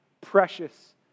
precious